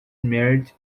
married